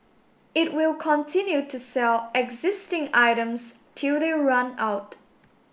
it will continue to sell existing items till they run out